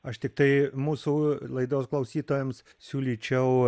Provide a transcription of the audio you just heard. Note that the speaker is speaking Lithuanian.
aš tiktai mūsų laidos klausytojams siūlyčiau